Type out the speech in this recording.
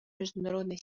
международной